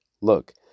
Look